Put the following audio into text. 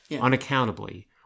unaccountably